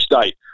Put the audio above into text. state